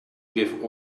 give